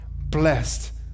blessed